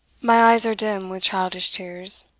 my eyes are dim with childish tears,